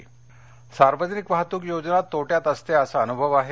metro Patil सार्वजनिक वाहतूक योजना तोट्यात असते असा अनुभव आहे